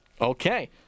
Okay